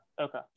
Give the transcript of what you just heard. Okay